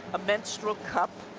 a menstrual cup?